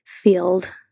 field